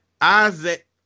Isaac